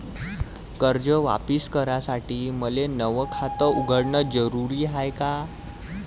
कर्ज वापिस करासाठी मले नव खात उघडन जरुरी हाय का?